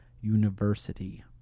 university